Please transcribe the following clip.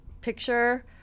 picture